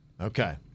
Okay